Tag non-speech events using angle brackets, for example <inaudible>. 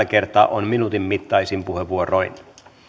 <unintelligible> kertaa on yhden minuutin mittaisin puheenvuoroin